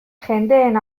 jendeen